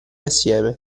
assieme